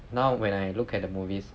now when I look at the movies 我